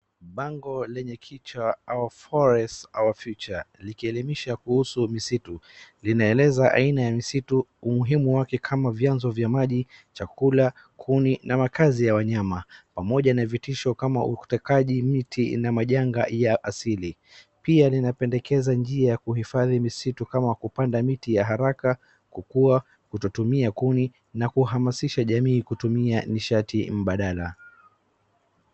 Bango lenye kichwa Our Forests Our Future likielimisha kuhusu misitu. Linaeleza aina ya misitu, umuhimu wake kama vyanzo vya maji, chakula, kuni na makazi ya wanyama, pamoja na vitisho kama ukataji miti na majanga ya asili. Pia linapendekeza njia ya kuhifadhi misitu kama kupanda miti ya haraka kukua, kutotumia kuni na kuhamasisha jamii kutumia nishati mbadala.